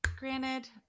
Granted